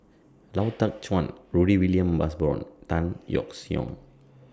Lau Teng Chuan Rudy William Mosbergen Tan Yeok Seong